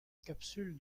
capsule